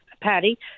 Patty